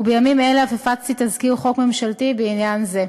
ובימים אלה אף הפצתי תזכיר חוק ממשלתי בעניין זה.